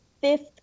fifth